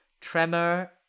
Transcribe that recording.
tremor